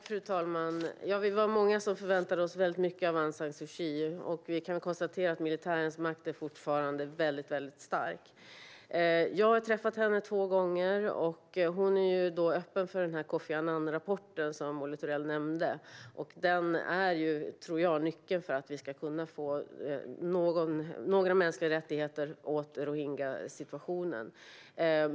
Fru talman! Vi var många som förväntade oss mycket av Aung San Suu Kyi, men vi kan konstatera att militärens makt fortfarande är stark. Jag har träffat henne två gånger, och hon är öppen för den Kofi Annan-rapport som Olle Thorell nämnde. Jag tror att den är nyckeln till att vi ska kunna få några mänskliga rättigheter för rohingyerna.